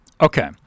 Okay